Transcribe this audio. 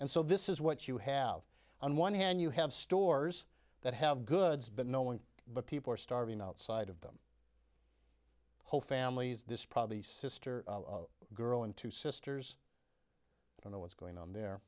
and so this is what you have on one hand you have stores that have goods but no one but people are starving outside of them whole families this probably sister girl and two sisters i don't know what's going on there